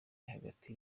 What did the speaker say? hagati